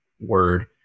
word